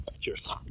Cheers